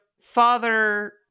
father